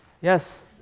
Yes